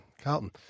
Carlton